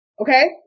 Okay